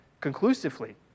conclusively